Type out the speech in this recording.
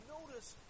Notice